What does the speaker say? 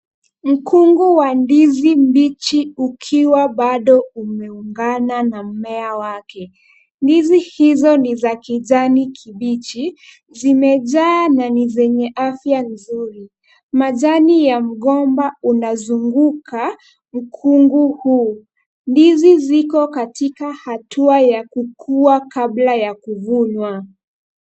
Mkungu wa ndizi mbichi ukiwa bado umeungana na mmea wake. Ndizi hizo ni za kijani kibichi, zimejaa na ni zenye afya nzuri. Majani ya mgomba unazunguka mkungu huu. Ndizi ziko katika hatua ya kukua kabla ya kuvunwa.